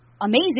amazing